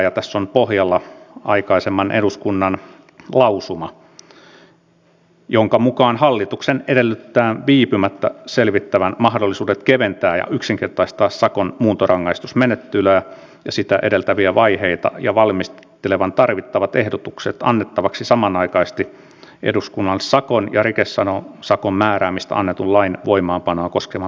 ja tässä on pohjalla aikaisemman eduskunnan lausuma jonka mukaan hallituksen edellytetään viipymättä selvittävän mahdollisuudet keventää ja yksinkertaistaa sakon muuntorangaistusmenettelyä ja sitä edeltäviä vaiheita ja valmistelevan tarvittavat ehdotukset annettavaksi samanaikaisesti eduskunnalle sakon ja rikesakon määräämisestä annetun lain voimaanpanoa koskevan lakiehdotuksen kanssa